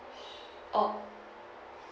oh